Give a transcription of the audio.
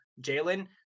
Jalen